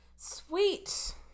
Sweet